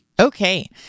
Okay